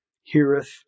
heareth